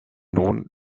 nun